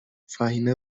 فهمیه